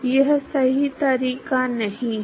यह सही तरीका नहीं है